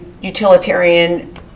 utilitarian